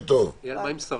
מה עם שרים?